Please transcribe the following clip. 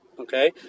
Okay